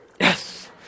Yes